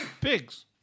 Pigs